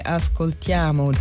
ascoltiamo